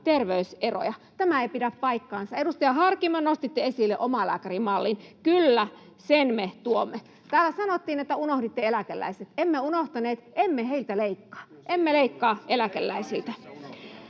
Tämä ei pidä paikkaansa. Edustaja Harkimo, nostitte esille omalääkärimallin. Kyllä, sen me tuomme. Täällä sanottiin, että unohditte eläkeläiset. Emme unohtaneet, emme heiltä leikkaa. Emme leikkaa eläkeläisiltä.